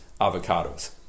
avocados